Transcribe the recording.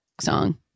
song